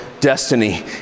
destiny